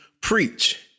preach